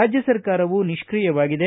ರಾಜ್ಯ ಸರ್ಕಾರವೂ ನಿಷ್ತಿಯವಾಗಿದೆ